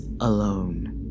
alone